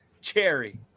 cherry